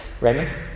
Raymond